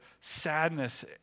sadness